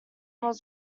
was